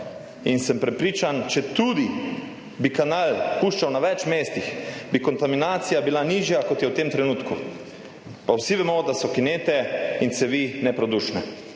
In sem prepričan, četudi bi kanal puščal na več mestih, bi kontaminacija bila nižja kot je v tem trenutku, pa vsi vemo, da so kinete in cevi neprodušne.